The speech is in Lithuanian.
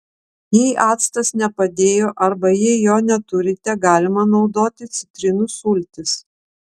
jei actas nepadėjo arba jei jo neturite galima naudoti citrinų sultis